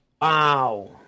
Wow